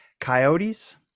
coyotes